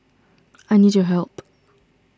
I need your help